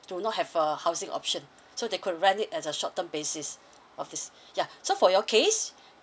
do not have a housing option so they could rent it as a short term basis office ya so for your case